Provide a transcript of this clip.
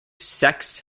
sex